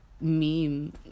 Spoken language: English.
meme